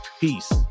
peace